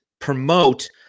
promote